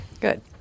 Good